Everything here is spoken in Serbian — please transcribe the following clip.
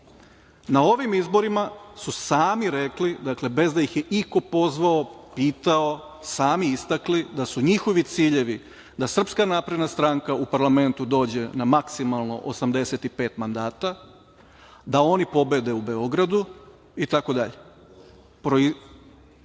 ovim izborima su sami rekli, bez da ih je iko pozvao, pitao, sami istakli da su njihovi ciljevi da SNS u parlamentu dođe na maksimalno 85 mandata, da oni pobede u Beogradu, itd.